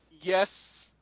yes